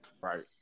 Right